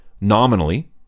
Nominally